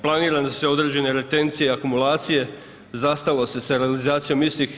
Planirane su određene retencije i akumulacije, zastalo se sa realizacijom istih.